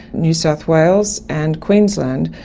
new south wales and queensland.